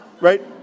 right